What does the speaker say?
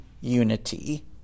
unity